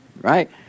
right